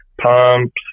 pumps